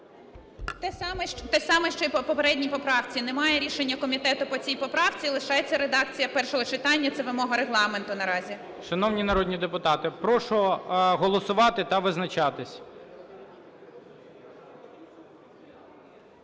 Те саме, що й в попередній поправці. Немає рішення комітету по цій поправці, лишається редакція першого читання, це вимога Регламент наразі. ГОЛОВУЮЧИЙ. Шановні народні депутати, прошу голосувати та визначатися.